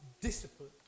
discipline